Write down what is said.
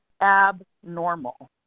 abnormal